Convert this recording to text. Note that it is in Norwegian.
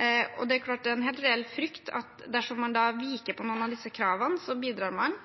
Det er en helt reell frykt at dersom man viker på noen av disse kravene, bidrar man